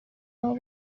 n’uwo